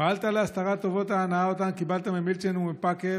"פעלת להסתרה טובות ההנאה שאותן קיבלת ממילצ'ן ומפאקר,